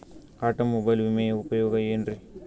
Automobile ವಿಮೆಯ ಉಪಯೋಗ ಏನ್ರೀ?